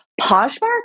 Poshmark